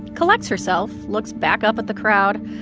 collects herself, looks back up at the crowd.